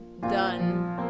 done